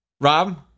Rob